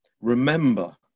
Remember